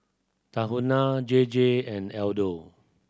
Tahuna J J and Aldo